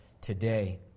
today